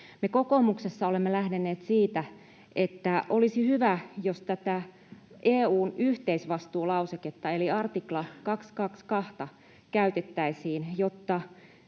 Me kokoomuksessa olemme lähteneet siitä, että olisi hyvä, jos tätä EU:n yhteisvastuulauseketta eli artikla 222:ta käytettäisiin, jotta